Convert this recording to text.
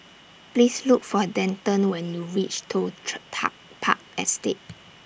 Please Look For Denton when YOU REACH Toh Chor Tuck Park Estate